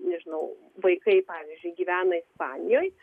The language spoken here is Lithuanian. nežinau vaikai pavyzdžiui gyvena ispanijoj